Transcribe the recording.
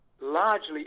largely